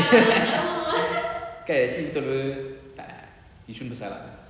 kan actually betul [pe] tak eh yishun besar so